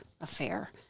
affair